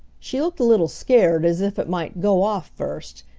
she looked a little scared, as if it might go off first,